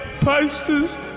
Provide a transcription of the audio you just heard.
posters